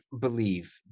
believe